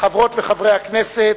חברות וחברי הכנסת,